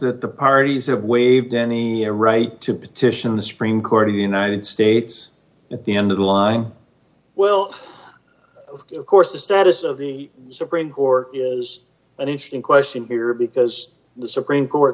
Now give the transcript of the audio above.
that the parties have waived any a right to petition the supreme court of the united states at the end of the line will of course the status of the supreme court is an interesting question here because the supreme court